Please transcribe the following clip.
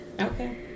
Okay